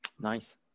Nice